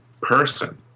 person